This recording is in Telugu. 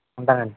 ఉంటానండి